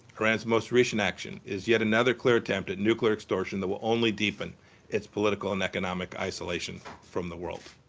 iran's most recent action is yet another clear attempt at nuclear extortion that will only deepen its political and economic isolation from the world.